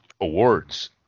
awards